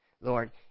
Lord